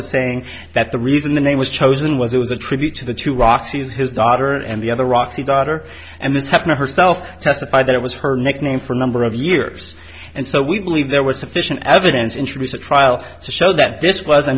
is saying that the reason the name was chosen was it was a tribute to the two roxy's his daughter and the other roxy daughter and this happened herself testify that it was her nickname for a number of years and so we believe there was sufficient evidence introduced at trial to show that this was